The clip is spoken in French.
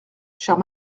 chère